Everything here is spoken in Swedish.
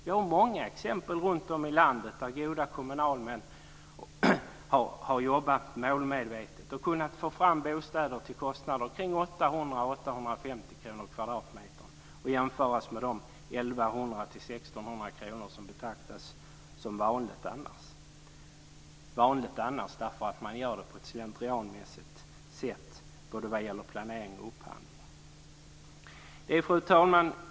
Det finns många exempel runtom i landet på att goda kommunalmän har jobbat målmedvetet och kunnat få fram bostäder till kostnader som ligger 800-850 kr per kvadratmeter, att jämföras med 1 100-1 600 kr som annars betraktas som vanligt just därför att man gör det på ett slentrianmässigt sätt både vad gäller planering och vad gäller upphandling. Fru talman!